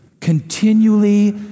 continually